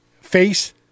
face